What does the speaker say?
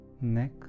neck